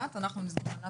אנחנו נשלח.